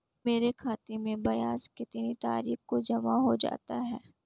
मेरे खाते में ब्याज कितनी तारीख को जमा हो जाता है?